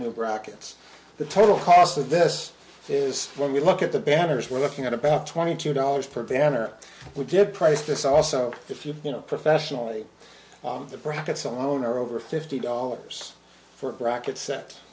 brackets the total cost of this is when we look at the banners we're looking at about twenty two dollars per banner we did price this also if you you know professionally on the brackets alone are over fifty dollars for a bracket se